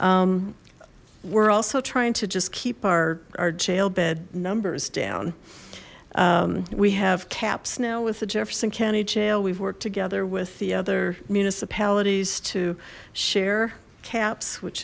we're also trying to just keep our our jail bed numbers down we have caps now with the jefferson county jail we've worked together with the other municipalities to share caps which